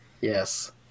Yes